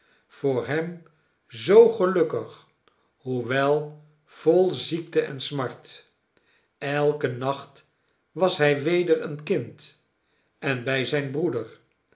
voor hem zoo gelukkig hoewel vol ziekte en smart elken nacht was hij weder een kind en bij zijn broeder